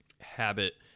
habit